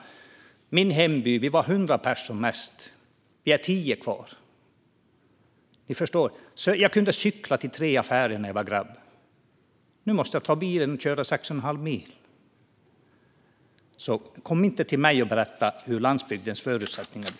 I min hemby var vi 100 personer som mest, och nu är vi 10 kvar. Ni förstår ju. Jag kunde cykla till tre affärer när jag var grabb, och nu måste jag ta bilen och köra 6 1⁄2 mil. Kom alltså inte till mig och berätta om landsbygdens förutsättningar!